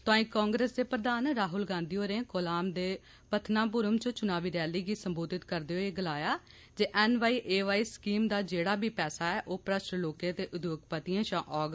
तोआई कांग्रेस दे प्रधान राहुल गांधी होरें कोलाम दे प्रथनापुरम च चुनावी रैली गी समबोधित करदे होई गलाया जे N Y A Y scheme दा जेड़ा बी पैसा ऐ ओह भ्रश्ट लोके ते उद्योगपतियें षा औंग